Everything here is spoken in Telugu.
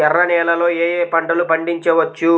ఎర్ర నేలలలో ఏయే పంటలు పండించవచ్చు?